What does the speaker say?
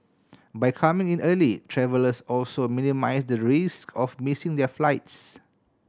by coming in early travellers also minimise the risk of missing their flights